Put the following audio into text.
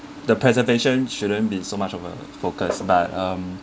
the presentation shouldn't be so much of a focus but um